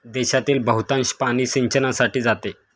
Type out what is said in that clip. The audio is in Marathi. देशातील बहुतांश पाणी सिंचनासाठी जाते